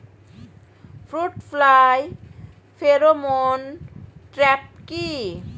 Fruit fly pheromone trap কি?